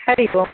Hari Om